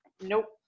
Nope